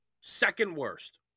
second-worst